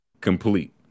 complete